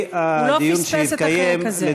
הוא לא פספס את החלק הזה.